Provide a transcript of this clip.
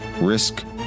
Risk